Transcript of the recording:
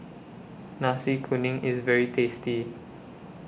Nasi Kuning IS very tasty